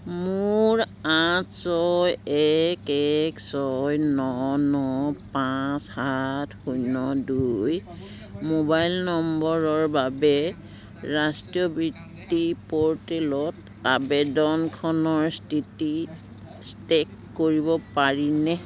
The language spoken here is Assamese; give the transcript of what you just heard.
মোৰ আঠ ছয় এক এক ছয় ন ন পাঁচ সাত শূন্য দুই মোবাইল নম্বৰৰ বাবে ৰাষ্ট্ৰীয় বৃত্তি প'ৰ্টেলত আবেদনখনৰ স্থিতি ট্ৰে'ক কৰিব পাৰিনে